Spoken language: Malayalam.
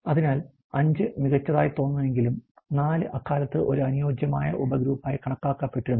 അതിനാൽ 5 മികച്ചതായി തോന്നുന്നുവെങ്കിലും 4 അക്കാലത്ത് ഒരു അനുയോജ്യമായ ഉപഗ്രൂപ്പായി കണക്കാക്കപ്പെട്ടിരുന്നു